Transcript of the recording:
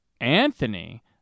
Anthony